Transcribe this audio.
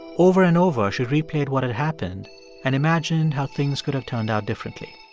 over and over, she replayed what had happened and imagined how things could have turned out differently.